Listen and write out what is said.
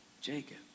Jacob